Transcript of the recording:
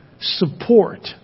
support